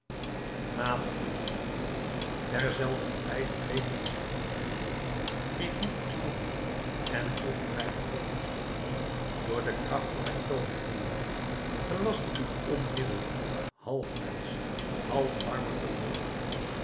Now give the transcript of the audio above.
matig uwe woede ter zelfder tijd prevelde zij eenige woorden die ik niet verstond en voegde mij vervolgens toe door de kracht van mijn tooverformulier gelast ik u onmiddelijk half mensch half marmer te worden